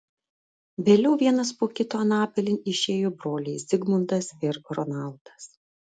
vėliau vienas po kito anapilin išėjo broliai zigmundas ir ronaldas